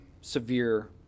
severe